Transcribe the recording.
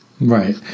Right